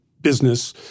business